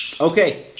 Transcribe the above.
Okay